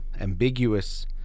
ambiguous